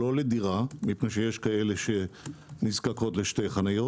לא לדירה מפני שיש כאלה שנזקקות לשתי חניות